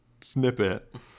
snippet